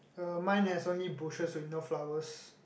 uh mine has only bushes with no flowers